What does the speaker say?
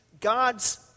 God's